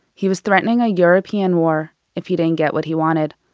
he was threatening a european war if he didn't get what he wanted.